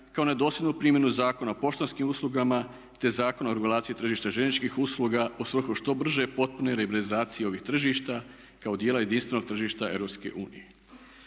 kao na dosljednu primjenu Zakona o poštanskim uslugama, te Zakona o regulaciji tržišta željezničkih usluga u svrhu što brže i potpune … ovih tržišta kao djela jedinstvenog tržišta EU.